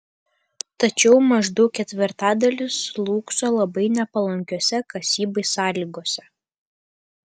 tačiau maždaug ketvirtadalis slūgso labai nepalankiose kasybai sąlygose